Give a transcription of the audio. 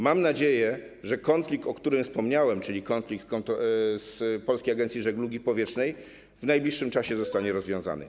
Mam nadzieję, że konflikt, o którym wspomniałem, czyli konflikt Polskiej Agencji Żeglugi Powietrznej, w najbliższym czasie zostanie rozwiązany.